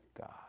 god